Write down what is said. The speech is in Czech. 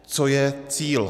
Co je cíl?